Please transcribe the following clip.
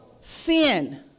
sin